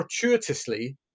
fortuitously